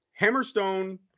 Hammerstone